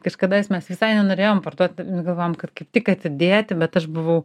kažkadais mes visai nenorėjom parduot bet galvojom kad kaip tik atidėti bet aš buvau